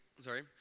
Sorry